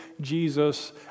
Jesus